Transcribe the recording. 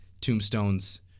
tombstones